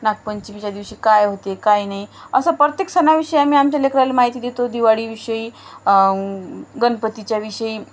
नागपंचमीच्या दिवशी काय होते काय नाही असं प्रत्येक सणाविषयी आम्ही आमच्या लेकराला माहिती देतो दिवाळीविषयी गणपतीच्या विषयी